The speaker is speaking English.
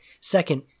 Second